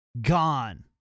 Gone